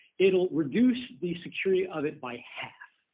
it'll reduce the security of it by half.